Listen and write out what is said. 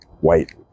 white